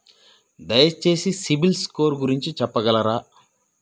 దయచేసి CIBIL score గురించి చెప్పగలరా?